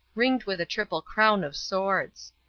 ringed with a triple crown of swords.